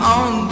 on